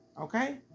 Okay